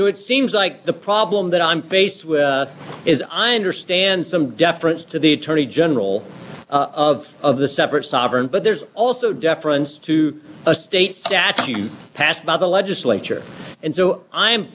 so it seems like the problem that i'm faced with is i understand some deference to the attorney general of the separate sovereign but there's also deference to a state statute passed by the legislature and so i'm